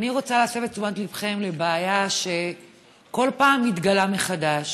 אני רוצה להסב את תשומת ליבכם לבעיה שכל פעם מתגלה מחדש,